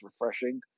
refreshing